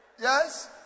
Yes